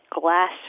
glass